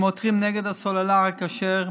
הם עותרים נגד הסלולר הכשר,